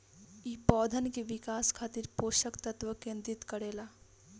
इ पौधन के विकास खातिर पोषक तत्व केंद्रित करे ला